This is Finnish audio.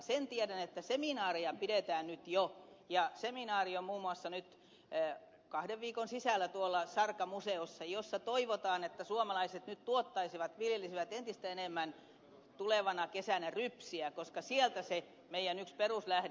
sen tiedän että seminaareja pidetään nyt jo ja seminaari on muun muassa nyt kahden viikon sisällä sarka museossa jossa toivotaan että suomalaiset nyt tuottaisivat viljelisivät entistä enemmän tulevana kesänä rypsiä koska sieltä tulee se meidän yksi peruslähde